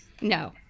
No